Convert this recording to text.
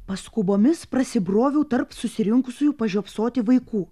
paskubomis prasibroviau tarp susirinkusiųjų pažiopsoti vaikų